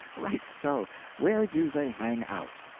right so where do they hang out.